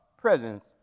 presence